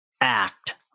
act